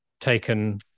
taken